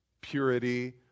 purity